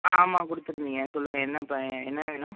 ஆ ஆமாம் கொடுத்துருந்திங்க சொல்லுங்கள் என்ன இப்போ என்ன வேணும்